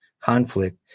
conflict